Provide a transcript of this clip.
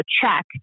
check